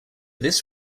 this